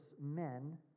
men